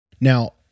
Now